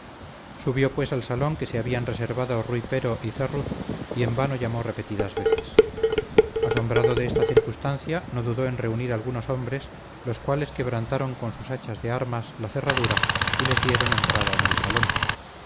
subió pues al salón que se habían reservado rui pero y ferrus y en vano llamó repetidas veces asombrado de esta circunstancia no dudó en reunir algunos hombres los cuales quebrantaron con sus hachas de armas la cerradura y les dieron entrada en el salón